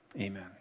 amen